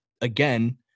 again